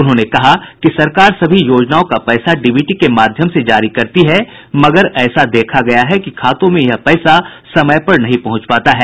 उन्होंने कहा कि सरकार सभी योजनाओं का पैसा डीबीटी के माध्यम से जारी करती है मगर ऐसा देखा गया है कि खातों में यह पैसा समय पर नहीं पहुंच पाता है